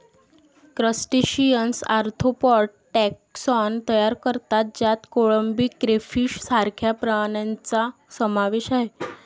crustaceans arthropod taxon तयार करतात ज्यात कोळंबी, क्रेफिश सारख्या प्राण्यांचा समावेश आहे